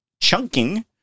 chunking